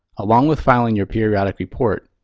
along with filing your periodic report,